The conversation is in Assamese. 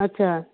আচ্ছা